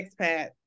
expat